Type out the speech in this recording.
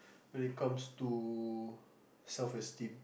when it comes to self esteem